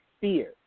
fear